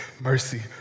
mercy